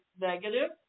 negative